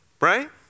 right